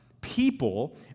people